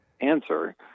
answer